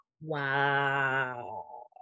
wow